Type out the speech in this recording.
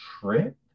trip